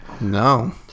No